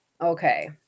okay